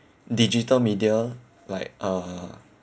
digital media like uh